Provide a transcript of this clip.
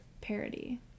parody